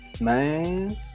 Man